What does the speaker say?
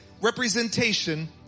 representation